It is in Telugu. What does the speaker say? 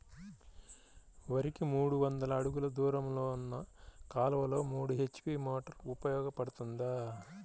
వరికి మూడు వందల అడుగులు దూరంలో ఉన్న కాలువలో మూడు హెచ్.పీ మోటార్ ఉపయోగపడుతుందా?